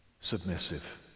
submissive